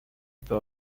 par